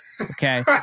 Okay